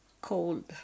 cold